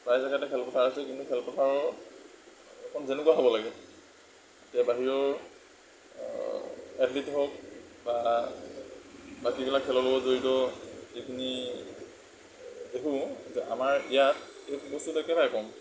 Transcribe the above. প্ৰায় জেগাতে খেলপথাৰ আছে কিন্তু খেলপথাৰখন যেনেকুৱা হ'ব লাগে তে বাহিৰৰ এথলীট হওক বা বাকীবিলাক খেলৰ লগত জড়িত যিখিনি দেখোঁ যে আমাৰ ইয়াত এই বস্তুটো একেবাৰেই কম